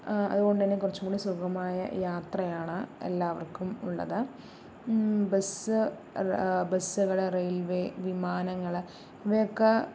അതുകൊണ്ട് തന്നെ കുറച്ചു കൂടി സുഖമമായ യാത്രയാണ് എല്ലാവര്ക്കും ഉള്ളത് ബസ്സ് ബസ്സുകള് റെയില്വേ വിമാനങ്ങള് ഇവയൊക്കെ